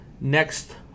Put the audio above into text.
next